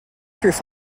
through